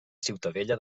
ciutadella